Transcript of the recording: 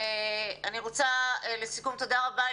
אני רוצה לסיכום תודה רבה,